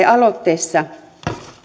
aloitteessa